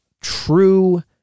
true